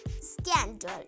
scandal